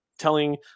Telling